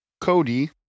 Cody